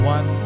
One